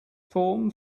form